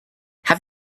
have